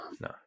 No